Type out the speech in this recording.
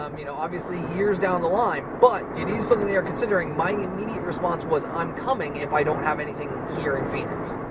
um you know, obviously years down the line, but it is something they are considering, my immediate response was, i'm coming if i don't have anything here in phoenix.